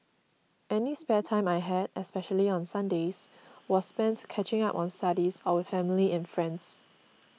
any spare time I had especially on Sundays was spent catching up on studies or with family and friends